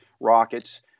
rockets